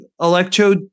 electro